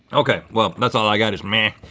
okay, well, that's all i got is meh.